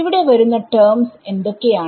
ഇവിടെ വരുന്ന ടെർമ്സ് എന്തൊക്കെയാണ്